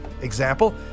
Example